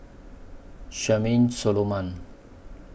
Charmaine Solomon